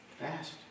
fast